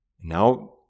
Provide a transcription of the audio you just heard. Now